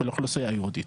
ולאוכלוסייה היהודית?